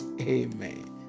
amen